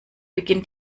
beginnt